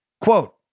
Quote